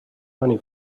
money